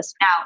Now